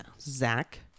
zach